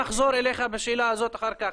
נחזור אליך בשאלה הזאת אחר-כך.